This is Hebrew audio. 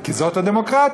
כי זאת הדמוקרטיה.